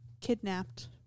kidnapped